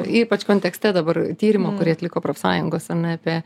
ypač kontekste dabar tyrimo kurį atliko profsąjungos ar ne apie